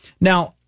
Now